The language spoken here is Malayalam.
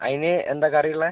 അതിന് എന്താണ് കറിയുള്ളത്